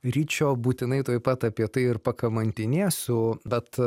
ryčio būtinai tuoj pat apie tai ir pakamantinėsiu bet